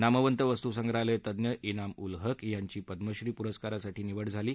नामवंत वस्तूसंग्रहालय तज्ञ इनाम उल हक यांची पद्मश्री प्रस्कारासाठी निवड झाली आहे